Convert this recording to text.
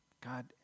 God